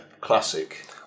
classic